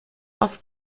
auf